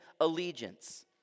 allegiance